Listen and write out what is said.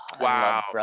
wow